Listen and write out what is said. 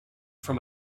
from